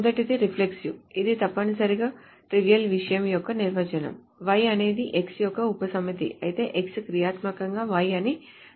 మొదటిది రిఫ్లెక్సివ్ ఇది తప్పనిసరిగా ట్రివియల్ విషయం యొక్క నిర్వచనం Y అనేది X యొక్క ఉపసమితి అయితే X క్రియాత్మకంగా Y ని నిర్ణయిస్తుంది